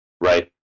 right